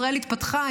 ישראל התפתחה,